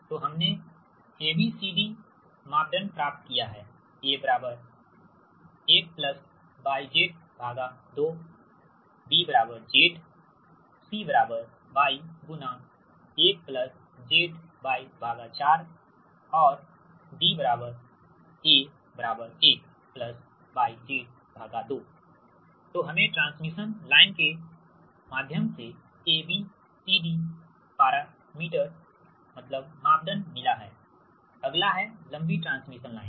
तो हमने A B C D मापदंड प्राप्त किया है A 1 YZ2BZC Y 1 ZY4 and D A1 YZ2तो हमें ट्रांसमिशन लाइन के माध्यम से A B C D parameter मिला है अगला है लंबी ट्रांसमिशन लाइन